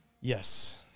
yes